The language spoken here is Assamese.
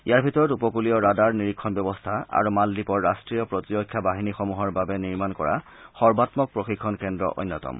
ইয়াৰে ভিতৰত উপকৃলীয় ৰাডাৰ নিৰীক্ষণ ব্যৱস্থা আৰু মালদ্বীপৰ ৰাট্টীয় প্ৰতিৰক্ষা বাহিনীসমূহৰ বাবে নিৰ্মাণ কৰা সৰ্বাম্মক প্ৰশিক্ষণ কেন্দ্ৰ অন্যতম